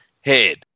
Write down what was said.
head